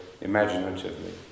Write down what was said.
imaginatively